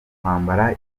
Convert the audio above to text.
kwambara